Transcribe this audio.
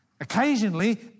Occasionally